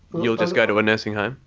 you'll just go to a nursing home?